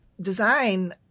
design